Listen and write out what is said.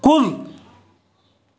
کُل